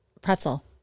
Pretzel